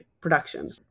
production